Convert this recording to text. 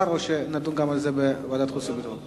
או שנדון גם על זה בוועדת החוץ והביטחון?